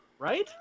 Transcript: Right